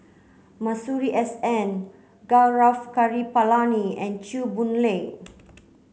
Masuri S N Gaurav Kripalani and Chew Boon Lay